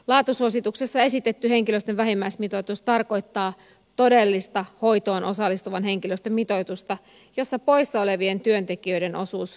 laatusuosituksessa esitetty henkilöstön vähimmäismitoitus tarkoittaa todellista hoitoon osallistuvan henkilöstön mitoitusta jossa poissa olevien työntekijöiden osuus korvataan sijaisilla